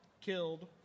killed